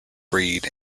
breed